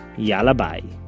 yalla bye